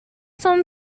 son